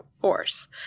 force